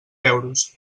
euros